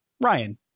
Ryan